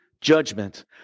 judgment